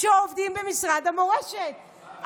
שעובדים במשרד המורשת,